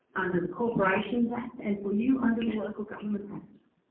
under the corporations act and for you under the local government act.